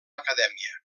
acadèmia